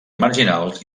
marginals